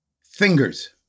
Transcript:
Fingers